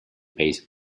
pace